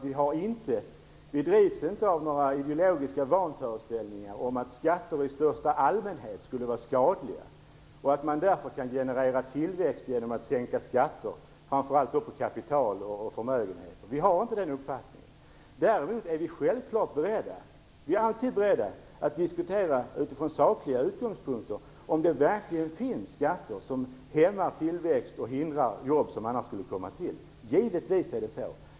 Vi drivs inte av några ideologiska vanföreställningar om att skatter i största allmänhet skulle vara skadliga och att man därför kan generera tillväxt genom att sänka skatter, framför allt på kapital och förmögenheter. Vi har inte den uppfattningen. Däremot är vi självfallet alltid beredda att diskutera utifrån sakliga utgångspunkter, om det verkligen finns skatter som hämmar tillväxt och hindrar jobb som annars skulle komma till stånd. Så är det givetvis.